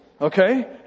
Okay